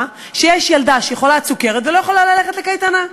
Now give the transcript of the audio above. שיש ילדה שהיא חולת סוכרת ולא יכולה ללכת לקייטנה.